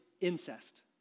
incest